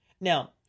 Now